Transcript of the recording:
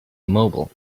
immobile